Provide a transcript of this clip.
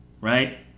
right